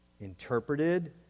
interpreted